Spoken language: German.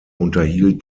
unterhielt